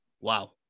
wow